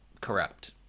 corrupt